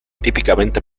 típicamente